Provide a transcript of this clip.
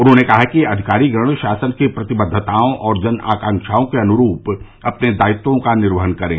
उन्होंने कहा कि अधिकारीगण शासन की प्रतिबद्वताओं और जनआकांक्षाओं के अनुरूप अपने दायित्यों का निर्वहन करें